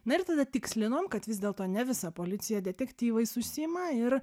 na ir tada tikslinom kad vis dėlto ne visa policija detektyvais užsiima ir